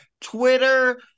twitter